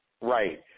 right